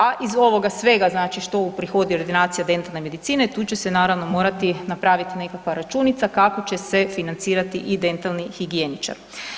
A iz ovoga svega što uprihodi ordinacija dentalne medicine tu će se naravno morati napraviti nekakva računica kako će se financirati i dentalni higijeničar.